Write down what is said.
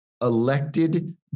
elected